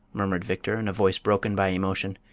murmured victor, in a voice broken by emotion,